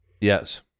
Yes